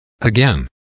Again